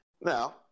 now